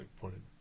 pointed